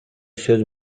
сөз